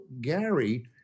Gary